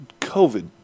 COVID